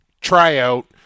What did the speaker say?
tryout